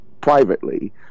privately